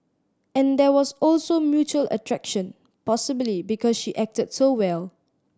and there was also mutual attraction possibly because she acted so well